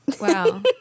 Wow